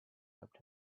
helped